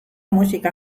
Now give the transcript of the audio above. musika